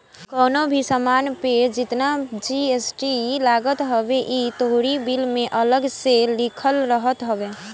कवनो भी सामान पे जेतना जी.एस.टी लागत हवे इ तोहरी बिल में अलगा से लिखल रहत हवे